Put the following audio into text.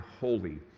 holy